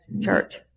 Church